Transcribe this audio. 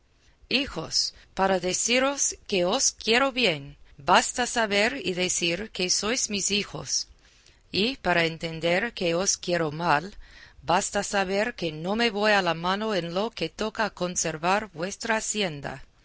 hijos para deciros que os quiero bien basta saber y decir que sois mis hijos y para entender que os quiero mal basta saber que no me voy a la mano en lo que toca a conservar vuestra hacienda